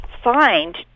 Find